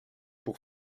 pour